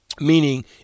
Meaning